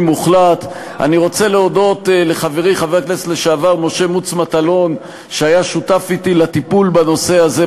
אני רוצה להודות לכל הרבים שהיו שותפים לעשייה,